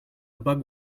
bug